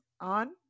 on